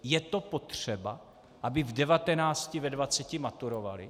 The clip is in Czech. Je to potřeba, aby v devatenácti, ve dvaceti maturovali?